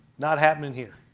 not happening here.